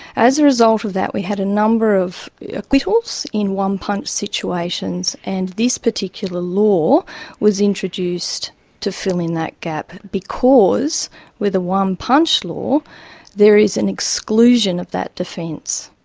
as a result of that we had a number of acquittals in one-punch situations, and this particular law was introduced to fill in that gap, because with a one-punch law there is an exclusion of that defence.